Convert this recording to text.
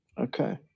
Okay